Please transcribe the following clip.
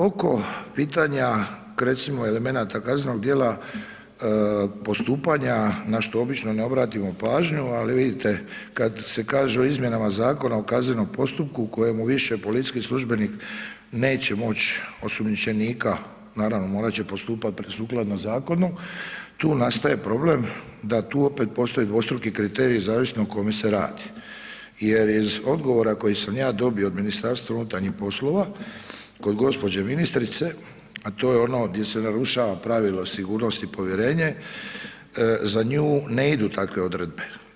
Oko pitanja recimo, elemenata kaznenog djela postupanja, na što obično ne obratimo pažnju, ali vidite, kad se kaže u izmjenama Zakona o kaznenom postupku kojemu više policijski službenik neće moći osumnjičenika, naravno, morat će postupati sukladno zakonu, tu nastaje problem, da tu opet postoje dvostruki kriteriji zavisno o kome se radi jer iz odgovora koji sam ja dobio od MUP-a kod gđe. ministrice, a to je ono gdje se narušava pravilo sigurnost i povjerenje, za nju ne idu takve odredbe.